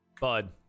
bud